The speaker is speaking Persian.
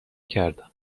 کردم